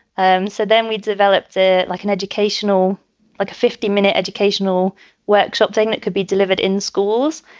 and so then we developed it like an educational like a fifty minute educational workshop thing that could be delivered in schools.